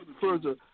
further